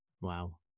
Wow